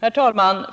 Herr talman!